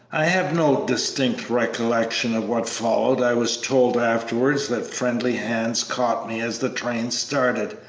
i have no distinct recollection of what followed. i was told afterwards that friendly hands caught me as the train started,